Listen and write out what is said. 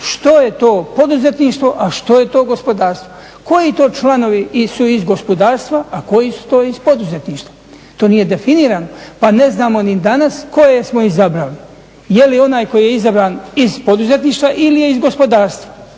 što je to poduzetništvo, a što je to gospodarstvo. Koji to članovi su iz gospodarstva, a koji su to iz poduzetništva. To nije definirano, pa ne znamo ni danas koje smo izabrali, je li onaj koji je izabran iz poduzetništva ili je iz gospodarstva,